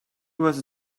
was